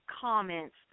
comments